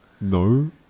No